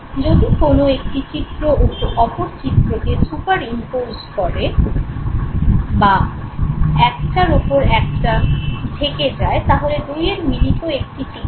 যদি কোন একটি চিত্র অপর চিত্রকে সুপারইম্পোজ করে একটার ওপর ঢেকে যায় তাহলে দুইয়ের মিলিত একটি চিত্র পাই